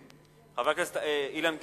חבר הכנסת אילן גילאון,